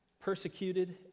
persecuted